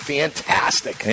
fantastic